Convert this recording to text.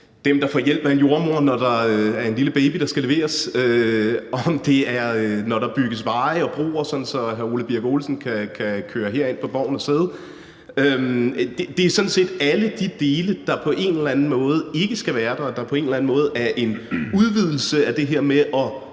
dem, der får hjælp af en jordemoder, når der er en lille baby, der skal leveres, om det er, når der bygges veje og broer, sådan at hr. Ole Birk Olesen kan køre herind på Borgen og sidde. Det er sådan set alle de dele, der på en eller anden måde ikke skal være der, der på en eller anden måde er en udvidelse af det her med at